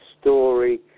story